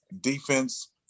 defense